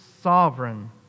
sovereign